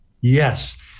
Yes